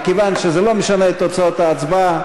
מכיוון שזה לא משנה את תוצאות ההצבעה,